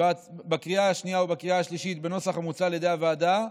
בקריאה השנייה ובקריאה השלישית בנוסח המוצע על ידי הוועדה.